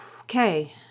Okay